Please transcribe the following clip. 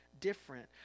different